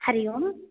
Hari Om